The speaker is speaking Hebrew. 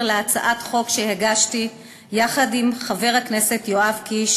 להצעת חוק שהגשתי יחד עם חבר הכנסת יואב קיש